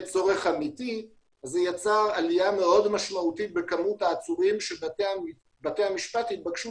צורך אמיתי וזה יצר עליה מאוד משמעותית בכמות העצורים שבתי המשפט התבקשו